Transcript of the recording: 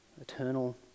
eternal